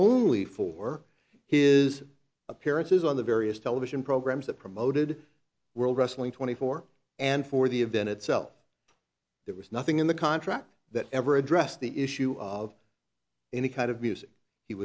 only for his appearances on the various television programs that promoted world wrestling twenty four and for the event itself there was nothing in the contract that ever addressed the issue of any kind of music he